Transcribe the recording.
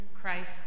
Christ